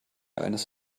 eines